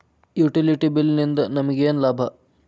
Utility bill ನಿಂದ್ ನಮಗೇನ ಲಾಭಾ?